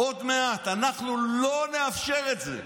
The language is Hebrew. עוד מעט אנחנו לא נאפשר את זה,